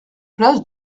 place